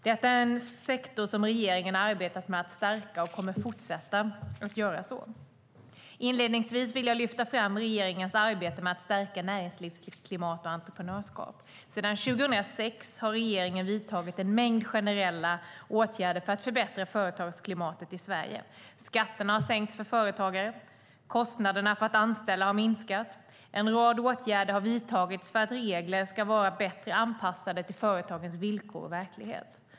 Detta är en sektor som regeringen har arbetat med att stärka och kommer att fortsätta stärka. Inledningsvis vill jag lyfta fram regeringens arbete med att stärka näringslivsklimat och entreprenörskap. Sedan 2006 har regeringen vidtagit en mängd generella åtgärder för att förbättra företagsklimatet i Sverige. Skatterna har sänkts för företagare, och kostnaderna för att anställa har minskat. En rad åtgärder har vidtagits för att regler ska vara bättre anpassade till företagens villkor och verklighet.